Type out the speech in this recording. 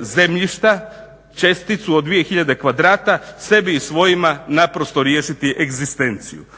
zemljišta, česticu od 2 tisuće kvadrata sebi i svojima naprosto riješiti egzistenciju.